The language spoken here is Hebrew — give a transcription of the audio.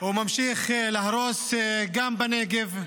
הוא ממשיך להרוס גם בנגב,